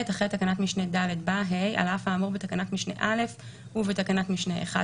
אחרי תקנת משנה (ד) בא: "(ה) על אף האמור בתקנת משנה (א) ובתקנה 1א,